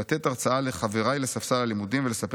לתת הרצאה לחבריי לספסל הלימודים ולספר